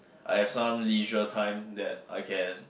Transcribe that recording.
I have some leisure time that I can